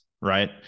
Right